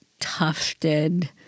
tufted